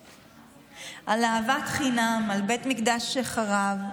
על אהבת חינם, על בית מקדש שחרב,